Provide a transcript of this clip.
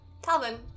Talvin